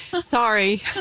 Sorry